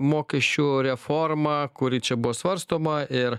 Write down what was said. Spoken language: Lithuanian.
mokesčių reforma kuri čia buvo svarstoma ir